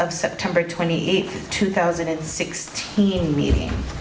of september twenty eighth two thousand and sixteen meeting